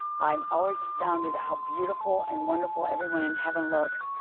i'm always astounded at how beautiful and wonderful. everyone in heaven books.